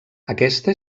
aquesta